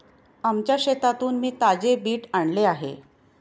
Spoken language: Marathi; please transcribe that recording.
आमच्या शेतातून मी ताजे बीट आणले आहे